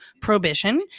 prohibition